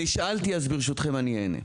נשאלתי אז ברשותכם אני אענה.